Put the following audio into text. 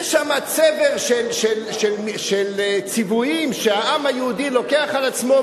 יש שם צבר של ציוויים שהעם היהודי לוקח על עצמו,